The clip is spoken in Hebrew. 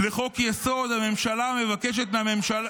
לחוק-יסוד: הממשלה, מבקשת הממשלה